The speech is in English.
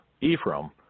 Ephraim